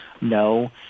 No